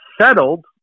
settled